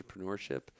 entrepreneurship